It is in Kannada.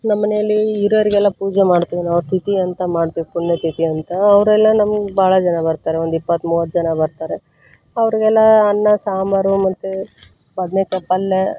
ನಮ್ಮ ಮನೆಲ್ಲಿ ಹಿರಿಯರಿಗೆಲ್ಲ ಪೂಜೆ ಮಾಡ್ತೀವಿ ನಾವು ತಿಥಿ ಅಂತ ಮಾಡ್ತೀವಿ ಪುಣ್ಯತಿಥಿ ಅಂತ ಅವರೆಲ್ಲ ನಮ್ಗೆ ಭಾಳ ಜನ ಬರ್ತಾರೆ ಒಂದು ಇಪ್ಪತ್ತು ಮೂವತ್ತು ಜನ ಬರ್ತಾರೆ ಅವ್ರಿಗೆಲ್ಲ ಅನ್ನ ಸಾಂಬಾರು ಮತ್ತು ಬದ್ನೆಕಾಯಿ ಪಲ್ಯ